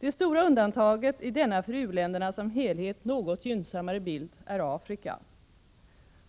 Det stora undantaget i denna för u-länderna som helhet något gynnsammare bild är Afrika.